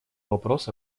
вопрос